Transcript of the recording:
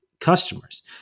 customers